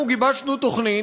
אנחנו גיבשנו תוכנית,